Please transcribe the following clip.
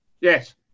Yes